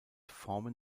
formen